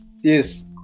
Yes